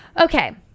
okay